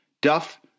Duff